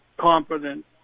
competent